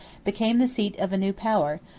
became the seat of a new power,